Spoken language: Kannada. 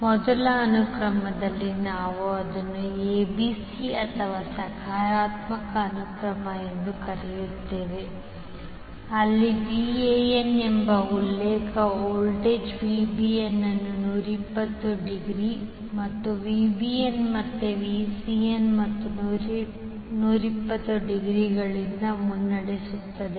ಮೊದಲ ಅನುಕ್ರಮದಲ್ಲಿ ನಾವು ಇದನ್ನು ABC ಅಥವಾ ಸಕಾರಾತ್ಮಕ ಅನುಕ್ರಮ ಎಂದು ಕರೆಯುತ್ತೇವೆ ಅಲ್ಲಿ Van ಎಂಬ ಉಲ್ಲೇಖ ವೋಲ್ಟೇಜ್ Vbn ಅನ್ನು 120 ಡಿಗ್ರಿ ಮತ್ತು Vbn ಮತ್ತೆ Vcn ಮತ್ತು 120 ಡಿಗ್ರಿಗಳಿಂದ ಮುನ್ನಡೆಸುತ್ತದೆ